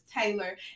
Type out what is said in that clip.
taylor